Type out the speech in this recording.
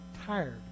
tired